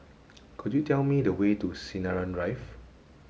could you tell me the way to Sinaran Drive